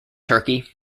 turkey